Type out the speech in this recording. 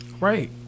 Right